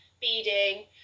beading